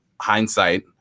hindsight